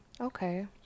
Okay